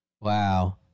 Wow